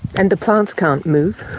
and the plants can't move.